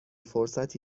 فرصتی